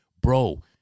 bro